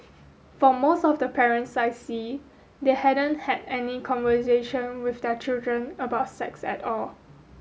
for most of the parents I see they haven't had any conversation with their children about sex at all